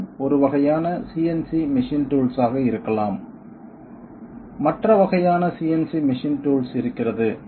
இது ஒரு வகையான CNC மெஷின் டூல்ஸ் ஆக இருக்கலாம் மற்ற வகையான CNC மெஷின் டூல்ஸ் இருக்கிறது